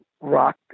Rock